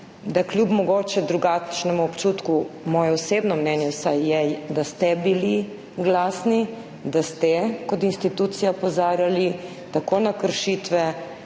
je kljub mogoče drugačnemu občutku vsaj moje osebno mnenje, da ste bili glasni, da ste kot institucija tako opozarjali na kršitve,